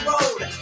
Road